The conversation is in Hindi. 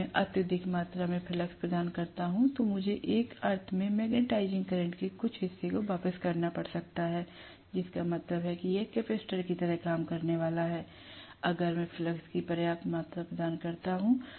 यदि मैं अत्यधिक मात्रा में फ्लक्स प्रदान करता हूं तो मुझे एक अर्थ में मैग्नेटाइजिंग करंट के कुछ हिस्से को वापस करना पड़ सकता है जिसका मतलब है कि यह कैपेसिटर की तरह काम करने वाला है अगर मैं फ्लक्स की पर्याप्त मात्रा प्रदान करता हूं